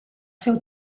seu